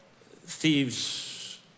thieves